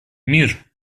мир